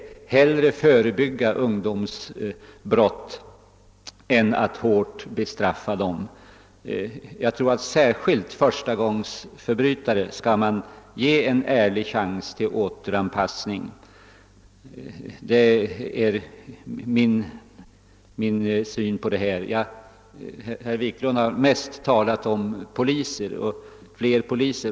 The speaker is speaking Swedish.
Vi bör hellre förebygga ungdomsbrott än bestraffa dem hårt. Man bör särskilt ge förstagångsförbrytare en ärlig chans till återanpassning. Detta är min syn på dessa frågor. Herr Wiklund i Stockholm har mest talat om att det behövs fler poliser.